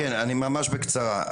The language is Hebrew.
ממש בקצרה.